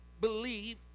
believe